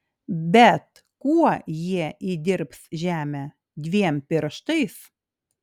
bet kuo jie įdirbs žemę dviem pirštais